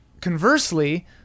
conversely